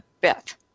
Beth